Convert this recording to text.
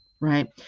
right